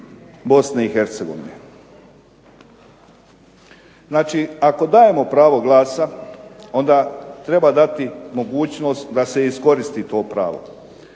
Bosne i Hercegovine. Znači ako damo pravo glas, onda treba dati mogućnost da se iskoristi to pravo,